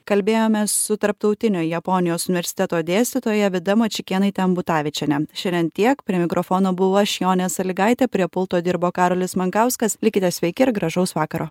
kalbėjomės su tarptautinio japonijos universiteto dėstytoja vida mačikėnaite ambutavičiene šiandien tiek prie mikrofono buvau aš jonė sąlygaitė prie pulto dirbo karolis mankauskas likite sveiki ir gražaus vakaro